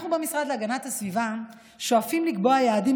אנחנו במשרד להגנת הסביבה שואפים לקבוע יעדים